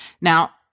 Now